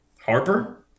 Harper